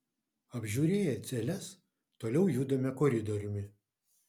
apžiūrėję celes toliau judame koridoriumi